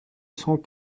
cent